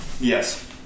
Yes